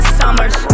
summers